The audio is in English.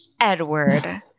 Edward